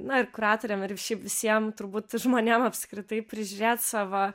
na ir kuratoriam ir šiaip visiem turbūt žmonėm apskritai prižiūrėt savo